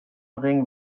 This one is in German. ring